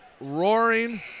Roaring